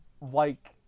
like-